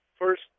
First